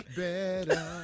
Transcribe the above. better